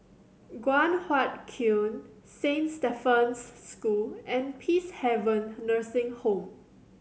Guan Huat Kiln Saint Stephen's School and Peacehaven Nursing Home